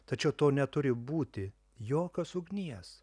tačiau to neturi būti jokios ugnies